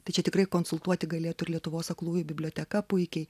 tai čia tikrai konsultuoti galėtų ir lietuvos aklųjų biblioteka puikiai